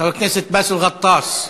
חבר הכנסת באסל גטאס.